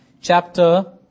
chapter